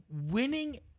winning